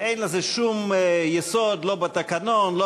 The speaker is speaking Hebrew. אין לזה שום יסוד, לא בתקנון, לא